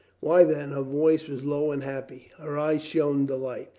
why, then, her voice was low and happy, her eyes shone delight.